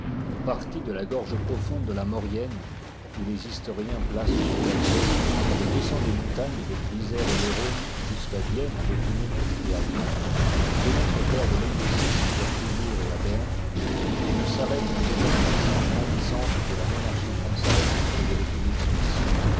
partie de la gorge profonde de la maurienne où les historiens placent son berceau elle descend des montagnes avec l'isère et le rhône jusqu'à vienne en dauphiné et à lyon pénètre au cœur de l'helvétie jusqu'à fribourg et à berne et ne sarrête que devant la puissance grandissante de la monarchie française et des républiques suisses